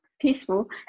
Peaceful